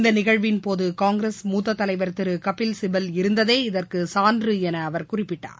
இந்த நிகழ்வின் போது காங்கிரஸ் மூத்த தலைவர் திரு கபில்சிபல் இருந்ததே இதற்கு சான்று என அவர் குறிப்பிட்டார்